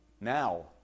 Now